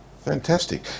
Fantastic